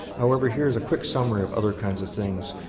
however, here's a quick summary of other kinds of things,